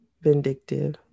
vindictive